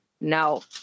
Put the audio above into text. no